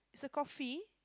it's a coffee